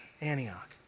Antioch